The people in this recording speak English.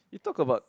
it talk about